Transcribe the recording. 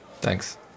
Thanks